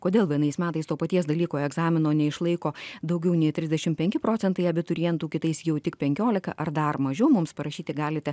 kodėl vienais metais to paties dalyko egzamino neišlaiko daugiau nei trisdešim penki procentai abiturientų kitais jau tik penkiolika ar dar mažiau mums parašyti galite